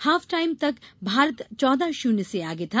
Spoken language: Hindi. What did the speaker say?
हॉफ टाईम तक भारत चौदह शुन्य से आगे था